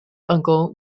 uncle